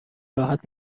راحت